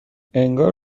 انگار